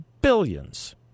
Billions